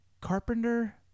Carpenter